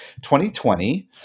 2020